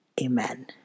Amen